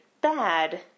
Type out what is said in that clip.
bad